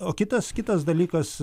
o kitas kitas dalykas